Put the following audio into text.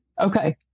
Okay